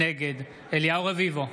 נגד אליהו רביבו,